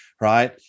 right